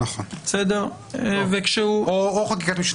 אורלי,